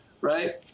right